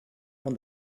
from